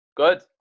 Good